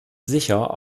sicher